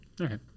Okay